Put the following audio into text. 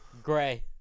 gray